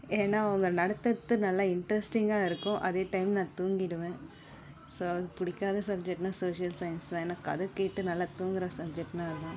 ஏன்னா அவங்க நடத்தறது நல்லா இன்ட்ரெஸ்ட்டிங்காக இருக்கும் அதே டைம் நான் தூங்கிடுவேன் ஸோ பிடிக்காத சப்ஜெக்ட்னால் சோசியல் சயின்ஸ்தான் ஏன்னா கதை கேட்டு நல்லா தூங்குற சப்ஜெக்ட்னால் அதான்